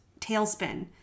tailspin